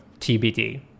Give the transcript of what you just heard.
TBD